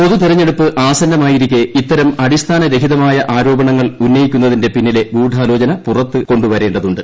പൊതു തെരഞ്ഞെടുപ്പ് ആസന്നമായിരിക്കെ ഇത്തരം അടിസ്ഥാനരഹിതമായ ആരോപണങ്ങൾ ഉന്നയിക്കുന്നതിന്റെ പിന്നിലെ ഗൂഡാലോചന പുറത്തു കൊണ്ടുവരേണ്ടതുണ്ട്